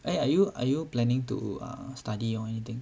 eh are you are you planning to um study or anything